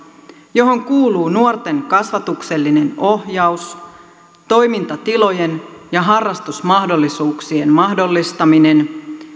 johon kuuluu nuorten kasvatuksellinen ohjaus toimintatilojen ja harrastusmahdollisuuksien mahdollistaminen